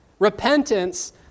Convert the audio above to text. Repentance